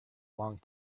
long